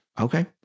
Okay